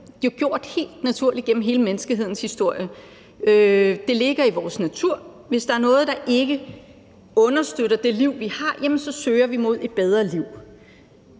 jo gjort helt naturligt gennem hele menneskehedens historie. Det ligger i vores natur. Hvis der er noget, der ikke understøtter det liv, vi har, så søger vi mod et bedre liv.